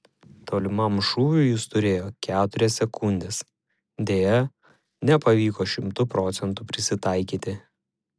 tolimam šūviui jis turėjo keturias sekundes deja nepavyko šimtu procentų prisitaikyti